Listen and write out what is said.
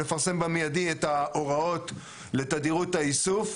לפרסם במיידי את ההוראות לתדירות האיסוף.